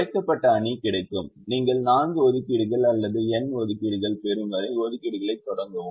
குறைக்கப்பட்ட அணி கிடைக்கும் நீங்கள் 4 ஒதுக்கீடுகள் அல்லது n ஒதுக்கீடுகள் பெறும் வரை ஒதுக்கீடுகளைத் தொடங்கவும்